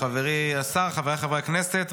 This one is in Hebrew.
חבריי חברי הכנסת,